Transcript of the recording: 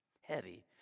Heavy